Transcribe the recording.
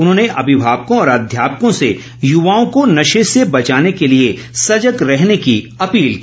उन्होंने अभिभावकों और अध्यापकों से युवाओं को नशे से बचाने के लिए सजग रहने की अपील की